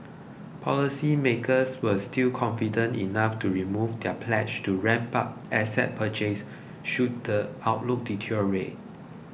policy makers were still confident enough to remove their pledge to ramp up asset purchases should the outlook deteriorate